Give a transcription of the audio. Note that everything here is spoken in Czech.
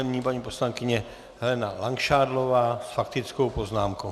Nyní paní poslankyně Helena Langšádlová s faktickou poznámkou.